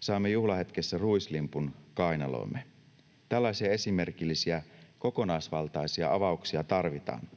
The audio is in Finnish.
Saimme juhlahetkessä ruislimpun kainaloomme. Tällaisia esimerkillisiä, kokonaisvaltaisia avauksia tarvitaan.